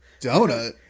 donut